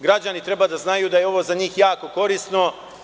Građani treba da znaju da je ovo za njih jako korisno.